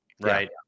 right